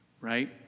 right